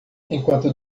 enquanto